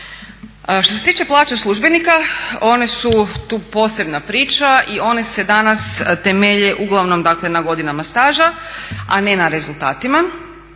Što se tiče plaća službenika one su tu posebna priča i one se danas temelje uglavnom dakle na godinama staža a ne na rezultatima